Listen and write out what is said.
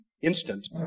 instant